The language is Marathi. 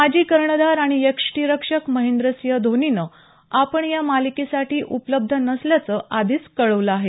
माजी कर्णधार आणि यष्टीरक्षक महेंद्रसिंग धोनीनं आपण या मालिकेसाठी उपलब्ध नसल्याचं आधीच कळवलं आहे